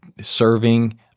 serving